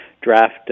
draft